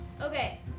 Okay